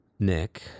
Nick